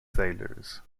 sailors